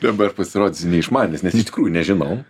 dabar pasirodysiu neišmanėlis nes iš tikrųjų nežinau